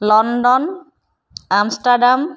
London Amsterdam